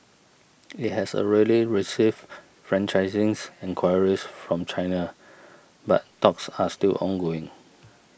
it has already received franchising and enquiries from China but talks are still ongoing